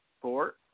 Four